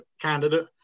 candidate